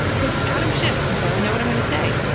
but adam schiff, you probably know what i'm going to say.